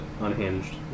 unhinged